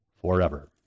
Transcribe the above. forever